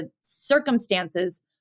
circumstances